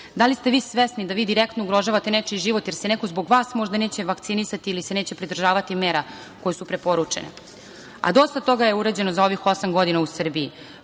Da li ste vi svesni da vi direktno ugrožavate nečiji život jer se neko zbog vas možda neće vakcinisati ili se neće pridržavati mera koje su preporučene? Dosta toga je urađeno za ovih osam godina u Srbiji.